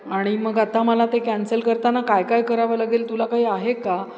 आणि मग आता मला ते कॅन्सल करताना काय काय करावं लागेल तुला काही आहे का